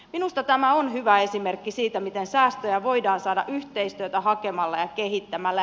minusta tämä on hyvä esimerkki siitä miten säästöjä voidaan saada yhteistyötä hakemalla ja kehittämällä